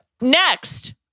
Next